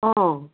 অঁ